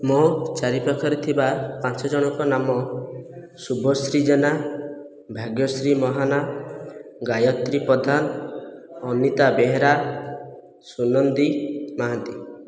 ମୋ ଚାରି ପାଖରେ ଥିବା ପାଞ୍ଚ ଜଣଙ୍କ ନାମ ଶୁଭଶ୍ରୀ ଜେନା ଭାଗ୍ୟଶ୍ରୀ ମହାନା ଗାୟତ୍ରୀ ପ୍ରଧାନ ଅନିତା ବେହେରା ସୁନନ୍ଦି ମହାନ୍ତି